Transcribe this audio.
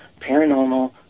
paranormal